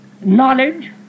knowledge